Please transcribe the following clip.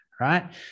right